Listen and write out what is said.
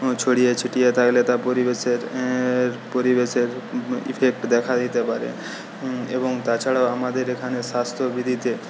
ছড়িয়ে ছিটিয়ে থাকলে তা পরিবেশের পরিবেশের ইফেক্ট দেখা দিতে পারে এবং তাছাড়াও আমাদের এখানে স্বাস্থ্যবিধিতে